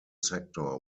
sector